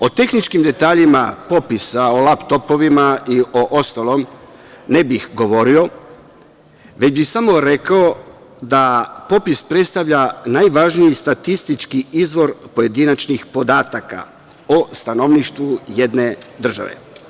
O tehničkim detaljima popisa, o laptopovima i ostalom ne bih govorio, već bi samo rekao da popis predstavlja najvažniji statistički izvor pojedinačnih podataka o stanovništvu jedne države.